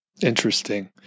Interesting